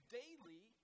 daily